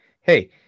Hey